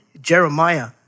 jeremiah